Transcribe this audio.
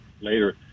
later